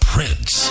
Prince